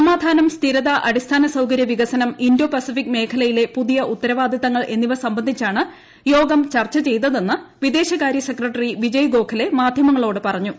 സമാധാനം സ്ഥിരത അടിസ്ഥാന സൌകരൃ വികസനം ഇന്തോ പസഫിക് മേഖലയിലെ പുതിയ ഉത്തരവാദിത്തങ്ങൾ എന്നിവ സംബന്ധിച്ചാണ് യോഗം ചർച്ച ചെയ്തതെന്ന് വിദേശകാര്യ സെക്രട്ടറി വിജയ് ഗോഖലെ മാധ്യമങ്ങളോട് പറഞ്ഞു